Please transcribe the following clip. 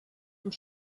und